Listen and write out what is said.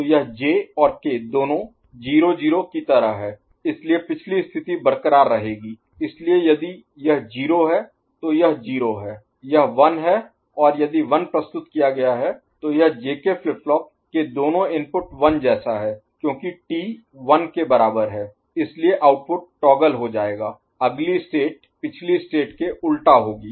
तो यह J और K दोनों 0 0 की तरह है इसलिए पिछली स्थिति बरक़रार रहेगी इसलिए यदि यह 0 है तो यह 0 है यह 1 है और यदि 1 प्रस्तुत किया गया है तो यह जे के फ्लिप फ्लॉप के दोनों इनपुट 1 जैसा है क्योंकि टी 1 के बराबर है इसलिए आउटपुट टॉगल हो जाएगा अगली स्टेट पिछली स्टेट के उल्टा होगी